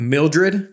Mildred